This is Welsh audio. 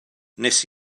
wnes